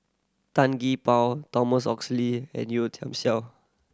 Tan Gee Paw Thomas Oxley and Yeo Tiam Siew